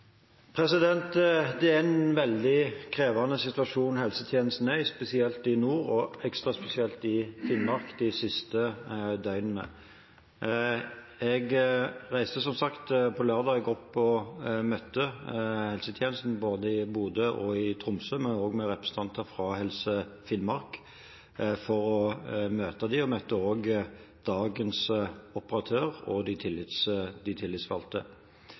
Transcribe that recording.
Det er en veldig krevende situasjon helsetjenesten er i, spesielt i nord og ekstra spesielt i Finnmark de siste døgnene. Jeg reiste som sagt opp på lørdag for å møte helsetjenesten både i Bodø og i Tromsø og representanter fra Helse Finnmark. Jeg møtte også dagens operatør og de tillitsvalgte. Situasjonen er at vi hadde behov for enda flere tiltak og